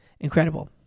incredible